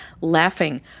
laughing